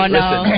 Listen